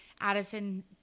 Addison